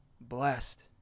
Blessed